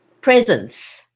presence